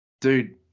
dude